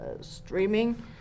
streaming